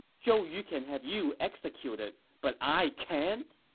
zhou yu can have you executed, but i can't!